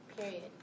period